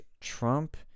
Trump